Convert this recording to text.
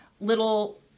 little